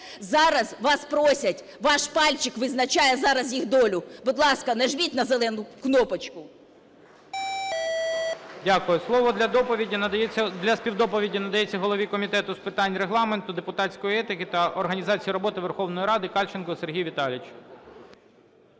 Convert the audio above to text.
Зараз вас просять, ваш пальчик визначає зараз їх долю, будь ласка, нажміть на зелену кнопочку. ГОЛОВУЮЧИЙ. Дякую. Слово для співдоповіді надається голові Комітету з питань Регламенту, депутатської етики та організації роботи Верховної Ради Кальченку Сергію Віталійовичу.